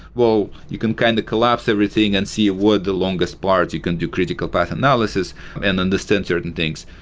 well, you can kind of collapse everything and see what the longest parts. you can do critical path analysis and understand certain things.